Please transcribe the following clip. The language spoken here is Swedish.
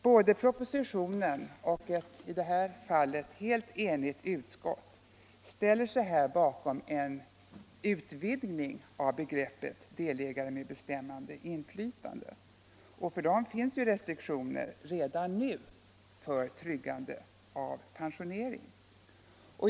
Både propositionen och ett i detta avseende enigt utskott ställer sig bakom en utvidgning av begreppet delägare med bestämmande inflytande. För dessa delägare finns ju redan nu restriktioner för tryggande av pensionering.